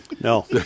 No